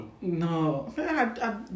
No